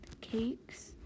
Cakes